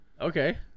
Okay